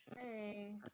Hey